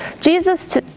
Jesus